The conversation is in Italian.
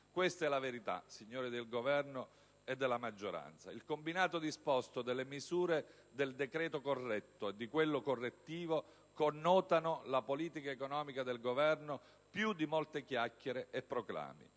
Questa è la verità, signori del Governo e della maggioranza! Il combinato disposto delle misure del decreto corretto e di quello correttivo connotano la politica economica del Governo più di molte chiacchiere e proclami.